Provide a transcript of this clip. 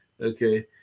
Okay